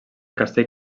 castell